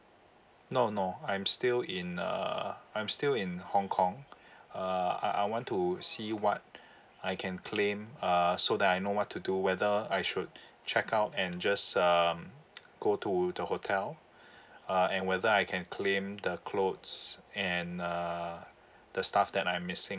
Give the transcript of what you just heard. no no I'm still in uh I'm still in hong kong uh I I want to see what I can claim uh so that I know what to do whether I should check out and just um go to the hotel uh and whether I can claim the clothes and uh the stuff that I'm missing